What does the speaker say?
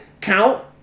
Count